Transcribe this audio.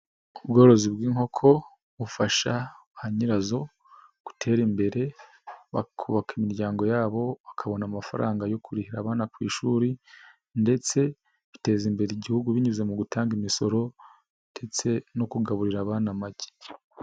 Ubworozi bw'inkoko bufasha ba nyirazo gutera imbere bakubaka imiryango yabo, bakabona amafaranga yo kurihira abana ku ishuri ndetse biteza imbere Igihugu binyuze mu gutanga imisoro ndetse no kugaburira abana amagi.